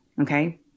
okay